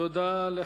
תודה.